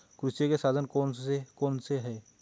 कृषि के साधन कौन कौन से हैं?